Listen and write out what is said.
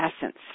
essence